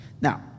Now